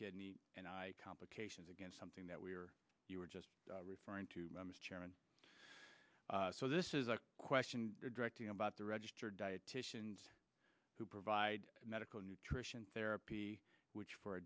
kidney and eye complications again something that we were you were just referring to i was chairman so this is a question directly about the registered dietitian who provide medical nutrition therapy which for